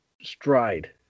stride